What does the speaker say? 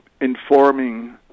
informing